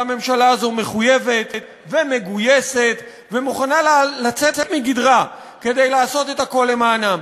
והממשלה הזו מחויבת ומגויסת ומוכנה לצאת מגדרה כדי לעשות את הכול למענם.